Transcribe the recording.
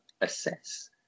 assess